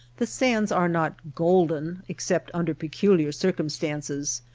the sands are not golden, except under peculiar circumstances,